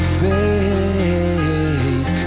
face